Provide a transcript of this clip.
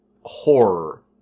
horror